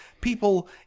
People